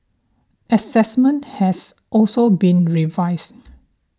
assessment has also been revised